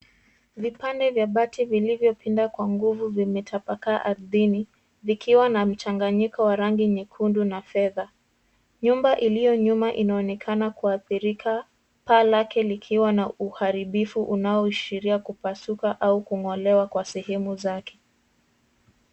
Vipande vya bati vilivyo pinda kwa nguvu vimetapakaa arthini vikiwa na mchanganyiko wa rangi nyekundu na fedha. Nyumba iliyo nyuma inaonekana kuadhirika paa Lake likiwa na uharibifu unao ashiria kupasuka au kungolewa kwa sehemu zake.